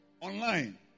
online